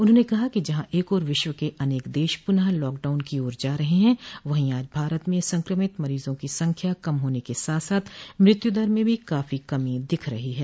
उन्होंने कहा कि जहां एक ओर विश्व के अनेक देश पुनः लॉकडाउन की ओर जा रहे है वहीं आज भारत में संक्रमित मरीजों की संख्या कम होने के साथ साथ मृत्युदर में भी काफी कमी दिख रही है